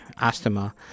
asthma